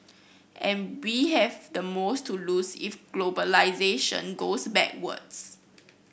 and we have the most to lose if globalisation goes backwards